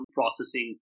processing